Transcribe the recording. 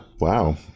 Wow